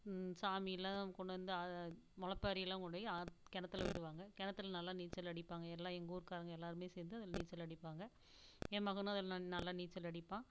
சாமியெல்லாம் கொண்டு வந்து முளப்பாரிலாம் கொண்டு போய் கிணத்துல விடுவாங்க கிணத்துல நல்லா நீச்சல் அடிப்பாங்க எல்லாம் எங்கள் ஊர்காரங்க எல்லோருமே சேர்ந்து அதில் நீச்சல் அடிப்பாங்க என் மகனும் அதில் நல்லா நீச்சல் அடிப்பான்